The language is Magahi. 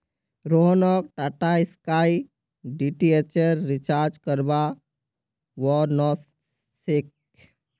रोहनक टाटास्काई डीटीएचेर रिचार्ज करवा व स छेक